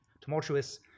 tumultuous